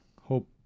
hope